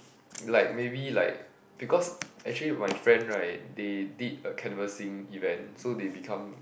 like maybe like because actually my friend right they did a canvassing event so they become